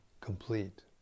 complete